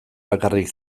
bakarrik